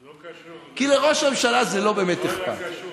לא קשור, אלא קשור